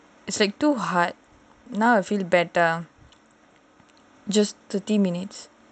it's like too hard now I feel better just thirty minutes